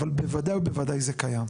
אבל בוודאי ובוודאי זה קיים.